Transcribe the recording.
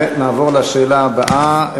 ונעבור לשאלה הבאה,